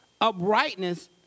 Uprightness